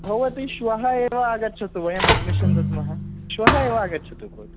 भवती श्वः एव आगच्छतु वयं अड्मिशन् दद्मः श्वः एव आगच्छतु भवती